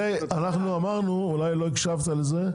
זה אנחנו אמרנו אולי לא הקשבת לזה,